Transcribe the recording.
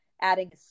adding